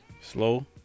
Slow